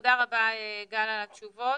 תודה רבה, גל, על התשובות.